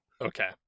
Okay